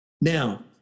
Now